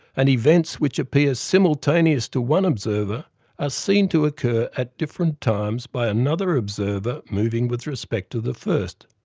and events which appear simultaneous to one observer are ah seen to occur at different times by another observer moving with respect to the first.